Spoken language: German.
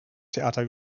theater